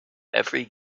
every